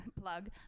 plug